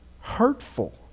hurtful